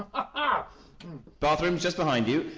um bathroom's just behind you.